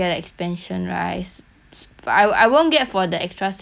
but I I won't get for the extra set lah but I will